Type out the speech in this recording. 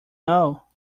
know